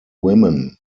women